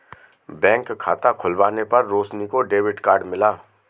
bank में खाता खुलवाने पर रोशनी को डेबिट कार्ड मिला